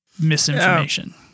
misinformation